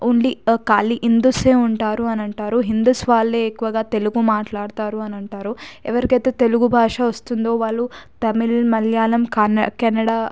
only ఖాళీ హిందువులే ఉంటారు అని అంటారు హిందూ వాళ్ళే ఎక్కువగా తెలుగు మాట్లాడతారు అని అంటారు ఎవరికైతే తెలుగు భాష వస్తుందో వాళ్ళు తమిళ్ మలయాళం కన్న కెనడా